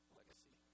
legacy